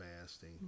fasting